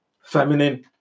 feminine